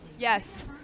Yes